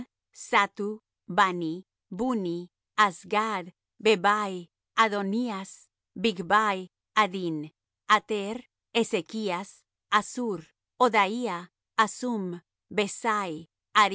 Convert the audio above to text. bani bunni azgad bebai adonías bigvai adín ater ezekías azur odaía hasum besai